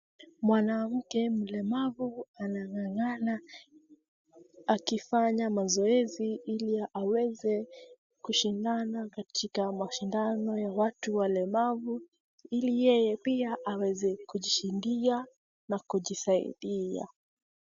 Mwanamke mlemavu anang'ang'ana akifanya mazoezi ili aweze kushindana katika mashindano ya watu walemavu ili yeye pia aweze kujishindia na kujisaidia.